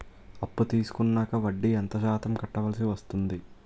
అప్పు తీసుకున్నాక వడ్డీ ఎంత శాతం కట్టవల్సి వస్తుంది?